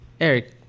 Eric